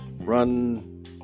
run